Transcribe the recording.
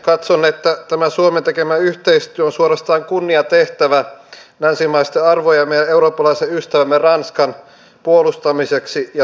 katson että tämä suomen tekemä yhteistyö on suorastaan kunniatehtävä länsimaisten arvojemme ja eurooppalaisen ystävämme ranskan puolustamiseksi ja tueksi